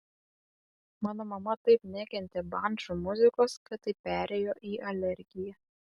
mano mama taip nekentė bandžų muzikos kad tai perėjo į alergiją